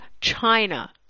China